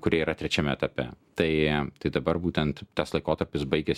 kurie yra trečiam etape tai tai dabar būtent tas laikotarpis baigias